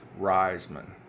Reisman